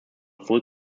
full